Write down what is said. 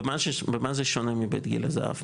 במה זה שונה מבית גיל הזהב,